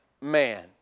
man